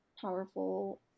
powerful